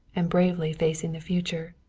and bravely facing the future,